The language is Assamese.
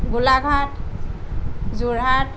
গোলাঘাট যোৰহাট